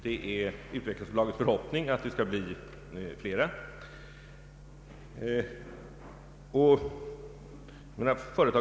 Det är utvecklingsbolagets förhoppning att det skall bli en viss utökning i det avseendet.